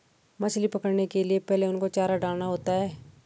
मछली पकड़ने के लिए पहले उनको चारा डालना होता है